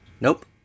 Nope